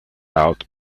out